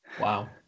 Wow